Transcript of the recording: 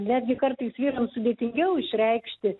netgi kartais vyrams sudėtingiau išreikšti